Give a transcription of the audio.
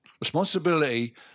responsibility